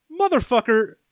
motherfucker